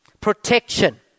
protection